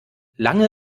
lange